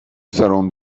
سرم